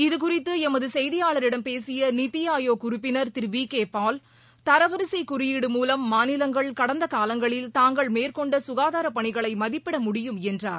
இதுகுறித்து எமது செய்தியாளரிடம் பேசிய நித்தி ஆயோக் உறுப்பினர் திரு வி கே பால் தரவரிசை குறியீடு மூலம் மாநிலங்கள் கடந்த காலங்களில் தாங்கள் மேற்கொண்ட சுனதாரப் பனிகளை மதிப்பிடமுடியும் என்றார்